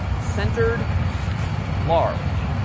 centered large.